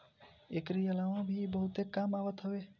एकरी अलावा भी इ बहुते काम आवत हवे